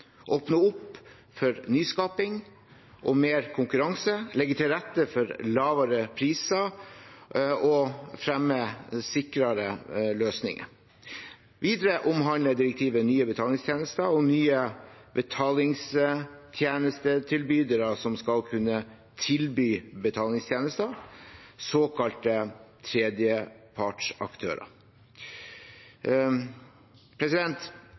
åpne opp for nyskaping og mer konkurranse, legge til rette for lavere priser og fremme sikrere løsninger. Videre omhandler direktivet nye betalingstjenester og nye betalingstjenestetilbydere som skal kunne tilby betalingstjenester, såkalte tredjepartsaktører.